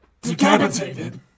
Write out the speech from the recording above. decapitated